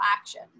action